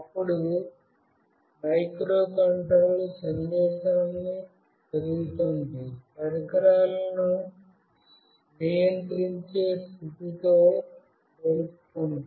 అప్పుడు మైక్రోకంట్రోలర్ సందేశాన్ని చదువుతుంది పరికరాలను నియంత్రించే స్థితితో పోలుస్తుంది